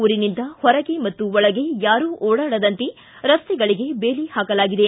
ಊರಿನಿಂದ ಹೊರಗೆ ಹಾಗೂ ಒಳಗೆ ಯಾರು ಓಡಾಡದಂತೆ ರಸ್ತೆಗಳಿಗೆ ಬೇಲಿ ಹಾಕಲಾಗಿದೆ